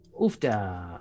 Oofda